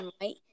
right